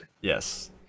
Yes